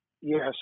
Yes